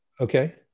Okay